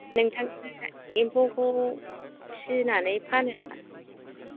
नोंथाङा एम्फौखौ फिसिनानै फानो नामा